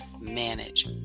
manage